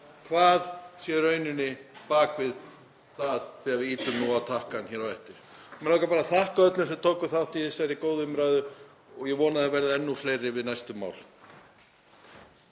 hvað er í rauninni bak við það þegar við ýtum á takkann hér á eftir. Mig langar bara að þakka öllum sem tóku þátt í þessari góðu umræðu og ég vona að það verði enn þá fleiri við næstu mál.